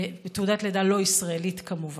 תעודת לידה לא ישראלית, כמובן.